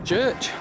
Church